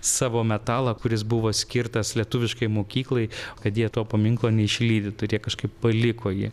savo metalą kuris buvo skirtas lietuviškai mokyklai kad jie to paminklo neišlydytų ir jie kažkaip paliko jį